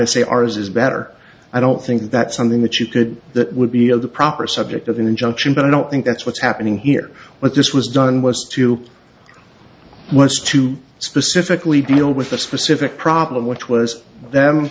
to say ours is better i don't think that's something that you could that would be of the proper subject of an injunction but i don't think that's what's happening here what this was done was to was to specifically deal with a specific problem which was them